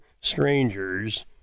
Strangers